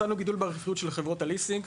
מצאנו גידול ברווחיות של חברות הליסינג,